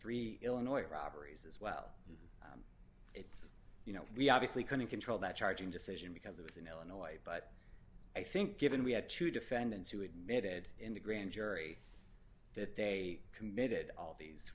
three illinois robberies as well as you know we obviously couldn't control that charging decision because it was in illinois but i think given we had two defendants who admitted in the grand jury that they committed all these